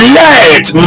let